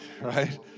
Right